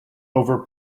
over